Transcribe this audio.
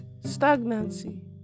stagnancy